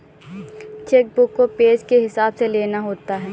check book को page के हिसाब से लेना होता है